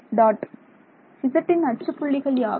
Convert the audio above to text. ˙ zன் அச்சு புள்ளிகள் யாவை